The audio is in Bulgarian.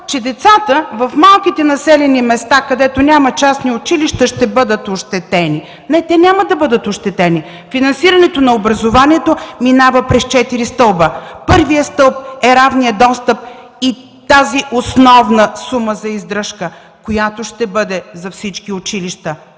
че децата в малките населени места, където няма частни училища, ще бъдат ощетени. Не, те няма да бъдат ощетени. Финансирането на образованието минава през четири стълба – първият стълб е равният достъп и тази основна сума за издръжка, която ще бъде за всички училища